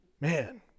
man